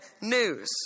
news